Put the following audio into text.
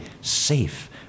safe